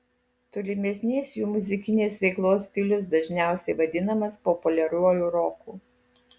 tolimesnės jų muzikinės veiklos stilius dažniausiai vadinamas populiariuoju roku